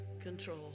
control